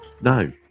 No